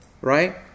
Right